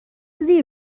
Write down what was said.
زیر